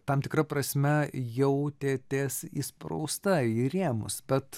tam tikra prasme jautėtės įsprausta į rėmus bet